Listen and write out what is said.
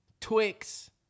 Twix